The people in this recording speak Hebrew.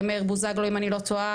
חבר הכנסת דני בוזגלו אם אני לא טועה,